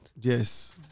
Yes